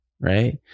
right